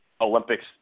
Olympics